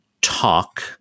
talk